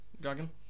dragon